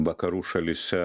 vakarų šalyse